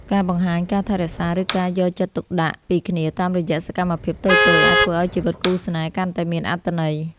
ការបង្ហាញការថែរក្សា ឬការយកចិត្តទុកដាក់ពីគ្នាតាមរយៈសកម្មភាពតូចៗអាចធ្វើឱ្យជីវិតគូស្នេហ៍កាន់តែមានអត្ថន័យ។